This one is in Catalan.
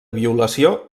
violació